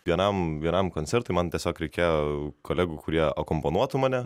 vienam geram koncertui man tiesiog reikėjo kolegų kurie akompanuotų mane